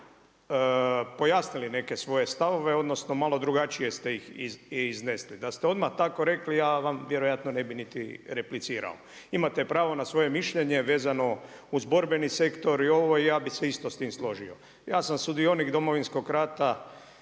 pojasnili neke svoje stavove, odnosno malo drugačije ste ih iznesli. Da ste odmah tako rekli ja vam vjerojatno ne bih niti replicirao. Imate pravo na svoje mišljenje vezano uz borbeni sektor i ovo i ja bih se isto s time složio. Ja sam sudionik Domovinskog rata